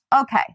okay